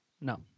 No